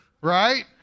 right